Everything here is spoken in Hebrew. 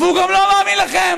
והוא גם לא מאמין לכם.